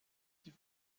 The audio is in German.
die